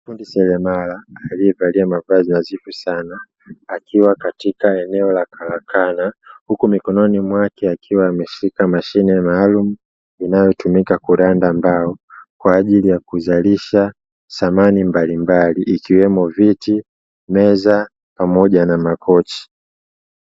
Fundi seremala alievalia mavazi nadhifu sana akiwa katika eneo la karakana, huku mikononi mwake akiwa mashine maalumu inayotumika kuranda mbao kwa ajili ya kuzalisha samani mbalimbali ikiwemo viti, meza pamoja na makochi.